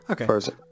Okay